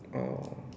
oh